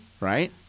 Right